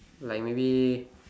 like maybe